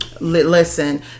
listen